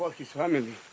ah his family?